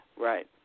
right